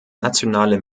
nationale